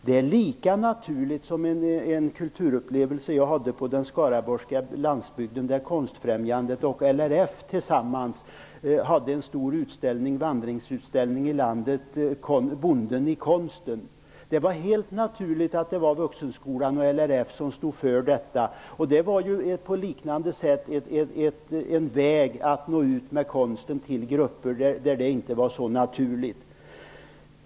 Det är lika naturligt som vad som var fallet i samband med en kulturupplevelse som jag hade ute på den skaraborgska landsbygden, där Konstfrämjandet och LRF tillsammans satte upp en stor vandringsutställning, som gick genom landet, nämligen Bonden i konsten. Det var helt naturligt att dessa organisationer erbjöd en väg att nå ut med konst till grupper som inte är så vana vid konst.